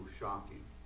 shocking